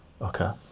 okay